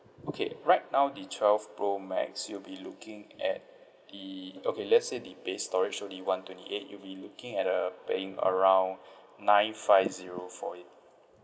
okay right now the twelve pro max you'll be looking at the okay let's say the base storage so the one twenty eight you'll be looking at uh paying around nine five zero for it